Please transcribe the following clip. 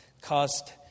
caused